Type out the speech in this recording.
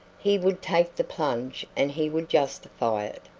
he would take the plunge and he would justify it.